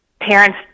parents